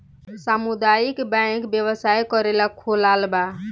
सामुदायक बैंक व्यवसाय करेला खोलाल बा